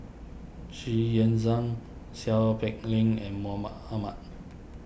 Xu Yuan Zhen Seow Peck Leng and Mahmud Ahmad